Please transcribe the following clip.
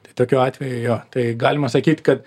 tai tokiu atveju jo tai galima sakyt kad